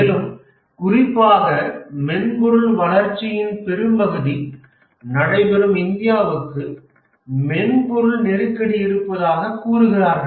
மேலும் குறிப்பாக மென்பொருள் வளர்ச்சியின் பெரும்பகுதி நடைபெறும் இந்தியாவுக்கு மென்பொருள் நெருக்கடி இருப்பதாக கூறுகிறார்கள்